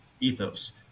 ethos